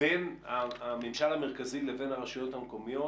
בין הממשל המרכזי לבין הרשויות המקומיות